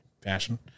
passion